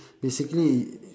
basically